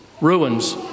ruins